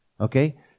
Okay